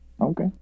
okay